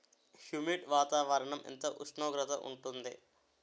Humid వాతావరణం ఎంత ఉష్ణోగ్రత ఉంటుంది?